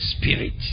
spirit